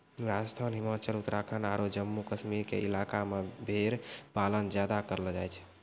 राजस्थान, हिमाचल, उत्तराखंड आरो जम्मू कश्मीर के इलाका मॅ भेड़ पालन ज्यादा करलो जाय छै